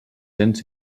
cents